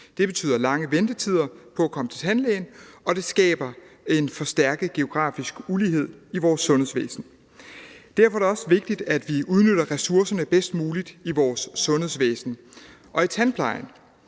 Det betyder lange ventetider på at komme til tandlægen, og det skaber en forstærket geografisk ulighed i vores sundhedsvæsen. Derfor er det også vigtigt, at vi udnytter ressourcerne bedst muligt i vores sundhedsvæsen og i tandplejen,